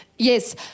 Yes